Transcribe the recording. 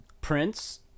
prince